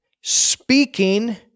speaking